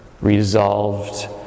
resolved